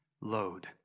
load